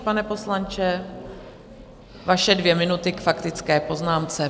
Pane poslanče, vaše dvě minuty k faktické poznámce.